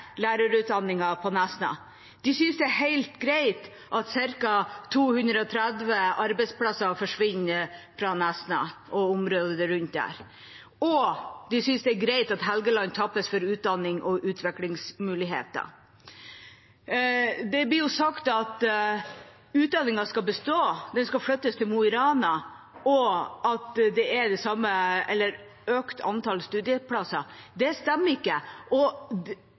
på Nesna. De synes det er helt greit at ca. 230 arbeidsplasser forsvinner fra Nesna og området rundt, og de synes det er greit at Helgeland tappes for utdannings- og utviklingsmuligheter. Det blir sagt at utdanningen skal bestå, den skal flyttes til Mo i Rana, og at det er det samme eller økt antall studieplasser. Det stemmer ikke.